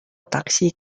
taksi